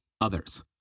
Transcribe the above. others